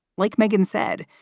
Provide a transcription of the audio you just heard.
like megan said,